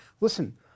listen